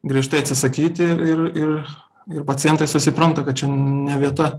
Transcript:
griežtai atsisakyti ir ir ir pacientai susipranta kad čia ne vieta